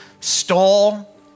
stole